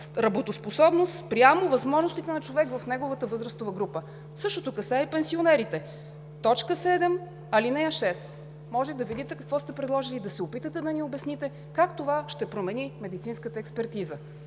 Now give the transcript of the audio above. работоспособност, спрямо възможностите на човек в неговата възрастова група? Същото касае и пенсионерите – т. 7, ал. 6. Може да видите какво сте предложили и да се опитате да ни обясните как това ще промени медицинската експертиза.